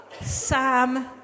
Sam